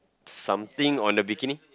something on the bikini